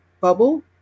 bubble